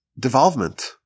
devolvement